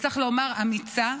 וצריך לומר, אמיצה,